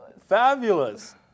Fabulous